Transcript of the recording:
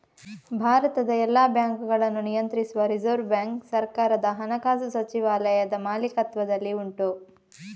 ಭಾರತದ ಎಲ್ಲ ಬ್ಯಾಂಕುಗಳನ್ನ ನಿಯಂತ್ರಿಸುವ ರಿಸರ್ವ್ ಬ್ಯಾಂಕು ಸರ್ಕಾರದ ಹಣಕಾಸು ಸಚಿವಾಲಯದ ಮಾಲೀಕತ್ವದಲ್ಲಿ ಉಂಟು